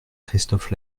christophe